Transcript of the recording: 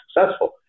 successful